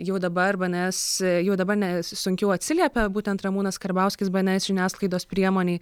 jau dabar bns jau dabar ne sunkiau atsiliepia būtent ramūnas karbauskis bns žiniasklaidos priemonei